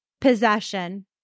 possession